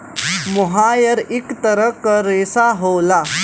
मोहायर इक तरह क रेशा होला